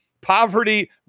poverty